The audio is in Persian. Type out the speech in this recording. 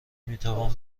میتوان